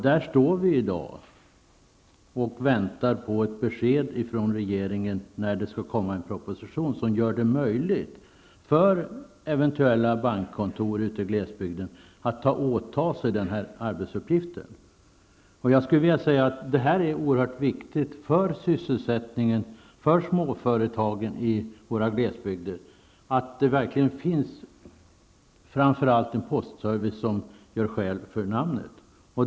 Där står vi i dag och väntar på ett besked från regeringen om när det kommer en proposition som gör det möjligt för eventuella bankkontor ute i glesbygden att åta sig den här arbetsuppgiften. Jag skulle vilja säga att det är oerhört viktigt för sysselsättningen, för småföretagen i våra glesbygder, att det verkligen finns framför allt en postservice som gör skäl för namnet.